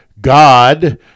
God